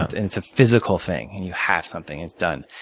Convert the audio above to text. and it's a physical thing. and you have something. it's done.